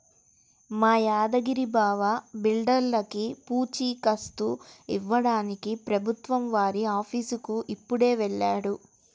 మా యాదగిరి బావ బిడ్డర్లకి పూచీకత్తు ఇవ్వడానికి ప్రభుత్వం వారి ఆఫీసుకి ఇప్పుడే వెళ్ళాడు